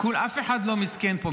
אף אחד לא מסכן פה.